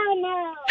no